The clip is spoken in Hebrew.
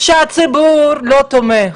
שהציבור לא תומך,